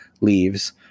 leaves